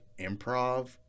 improv